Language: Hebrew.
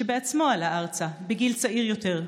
שבעצמו עלה ארצה בגיל צעיר יותר.